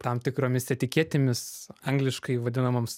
tam tikromis etiketėmis angliškai vadinamoms